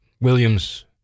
Williams